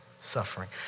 suffering